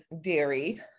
dairy